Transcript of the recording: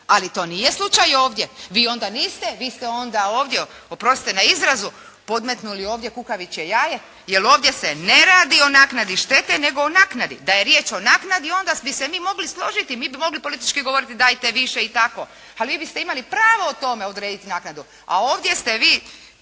Ali to nije slučaj ovdje. Vi onda niste. Vi ste onda ovdje oprostite na izrazu podmetnuli ovdje kukavičje jaje, jer ovdje se ne radi o naknadi štete nego o naknadi. Da je riječ o naknadi onda bi se mi mogli složiti. Mi bi mogli politički govoriti dajte više i tako, a vi biste imali pravo o tome odrediti naknadu. A ovdje ste vi